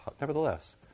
Nevertheless